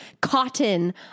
cotton